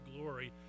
glory